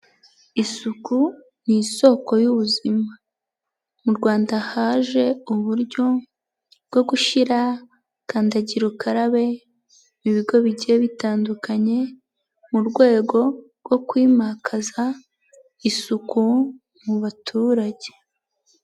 Isuku ni isoko y'ubuzima, mu Rwanda haje uburyo bwo gushira kandagira ukarabe mu bigo bigiye bitandukanye mu rwego rwo kwimakaza isuku mu baturage.